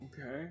okay